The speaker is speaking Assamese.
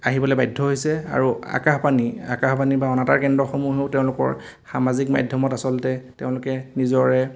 আহিবলৈ বাধ্য হৈছে আৰু আকাশবাণী আকাশবাণী বা অনাতাঁৰ কেন্দ্ৰসমূহেও তেওঁলোকৰ সামাজিক মাধ্যমত আচলতে তেওঁলোকে নিজৰে